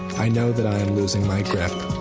i know that i am losing my grip.